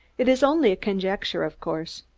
it is only a conjecture, of course.